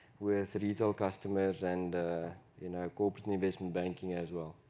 with vital customers and you know corporate investment banking as well.